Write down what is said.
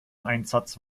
einsatz